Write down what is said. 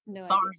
sorry